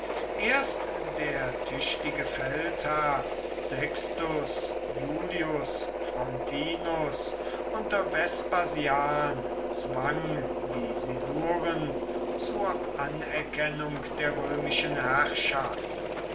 erst der tüchtige feldherr sextus iulius frontinus unter vespasian zwang die siluren zur anerkennung der römischen herrschaft